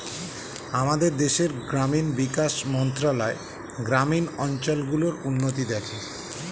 আমাদের দেশের গ্রামীণ বিকাশ মন্ত্রণালয় গ্রামীণ অঞ্চল গুলোর উন্নতি দেখে